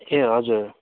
ए हजुर